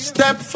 Step